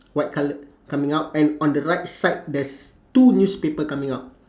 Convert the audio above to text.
white colour coming out and on the right side there's two newspaper coming out